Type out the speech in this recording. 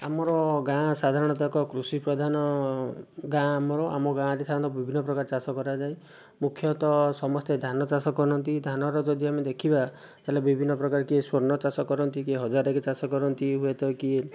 ଆମର ଗାଁ ସାଧାରଣତଃ ଏକ କୃଷିପ୍ରଧାନ ଗାଁ ଆମର ଆମ ଗାଁରେ ସାଧାରଣତଃ ବିଭିନ୍ନ ପ୍ରକାର ଚାଷ କରାଯାଏ ମୁଖ୍ୟତଃ ସମସ୍ତେ ଧାନ ଚାଷ କରନ୍ତି ଧାନର ଯଦି ଆମେ ଦେଖିବା ତାହେଲେ ବିଭିନ୍ନ ପ୍ରକାର କିଏ ସ୍ଵର୍ଣ୍ଣ ଚାଷ କରନ୍ତି କିଏ ହଜାରଏକ ଚାଷ କରନ୍ତି ହୁଏତ କିଏ